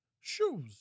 Shoes